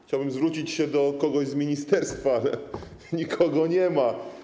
Chciałbym zwrócić się do kogoś z ministerstwa, ale nikogo nie ma.